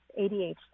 ADHD